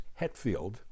Hetfield